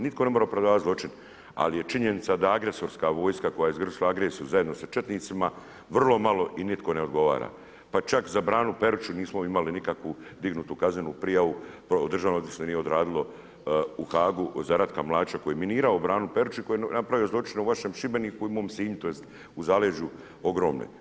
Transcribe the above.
Nitko ne mora opravdati zločin ali je činjenica da agresorska vojska koja je izvršila agresiju zajedno sa četnicima, vrlo malo i nitko ne odgovara pa čak za Branu Peruču nismo imali nikakvu dignutu kaznenu prijavu, državno odvjetništvo nije odradilo u HAAG-u za Ratka Mlača koji je minirao Branu Peruču i koji je napravio zločin u vašem Šibeniku i mom Sinju, tj. u zaleđu Ogromne.